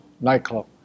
nightclub